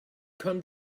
come